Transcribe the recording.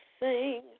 sing